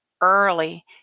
early